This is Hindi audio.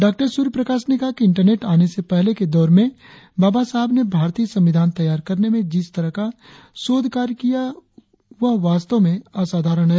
डॉ सूर्य प्रकाश ने कहा कि इंटरनेट आने से पहले के दौरे में बाबा साहेब ने भारतीय संविधान तैयार करने में जिस तरह का शोध कार्य किया वह वास्तव में असाधारण है